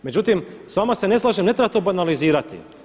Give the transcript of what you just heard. Međutim, s vama se ne slažem, ne treba to banalizirati.